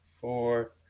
four